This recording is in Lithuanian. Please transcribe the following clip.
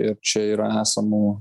ir čia yra esamų